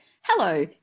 hello